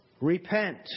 Repent